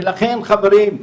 ולכן, חברים,